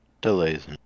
delays